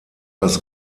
das